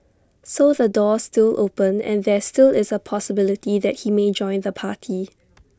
so the door's still open and there still is A possibility that he may join the party